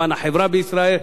למען החברה בישראל,